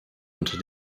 unter